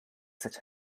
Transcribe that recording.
such